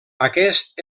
aquest